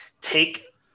take